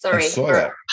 Sorry